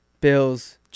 Bills